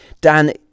Dan